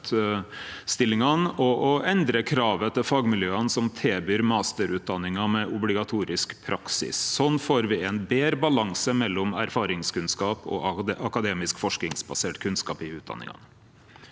og til fagmiljøa som tilbyr masterutdanningar med obligatorisk praksis. Sånn får vi ein betre balanse mellom erfaringskunnskap og akademisk, forskingsbasert kunnskap i utdanningane.